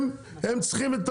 הם צריכים את